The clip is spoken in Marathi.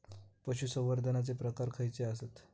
पशुसंवर्धनाचे प्रकार खयचे आसत?